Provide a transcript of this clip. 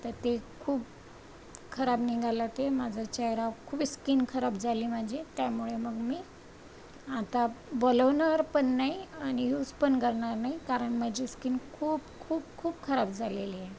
तर ते खूप खराब निघालं ते माझा चेहरा खूप स्किन खराब झाली माझी त्यामुळे मग मी आता बोलावणार पण नाही आणि युज पण करणार नाही कारण माझी स्किन खूप खूप खूप खराब झालेली आहे